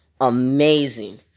amazing